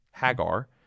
Hagar